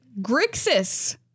Grixis